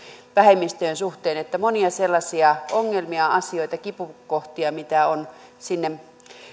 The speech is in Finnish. vähemmistöjen suhteen että monia sellaisia ongelmia asioita ja kipukohtia mitä on sinne